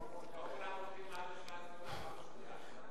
לא כולם יודעים מה זה 17 במאי.